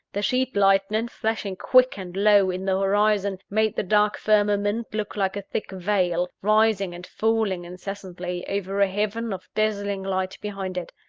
the sheet lightning, flashing quick and low in the horizon, made the dark firmament look like a thick veil, rising and falling incessantly, over a heaven of dazzling light behind it.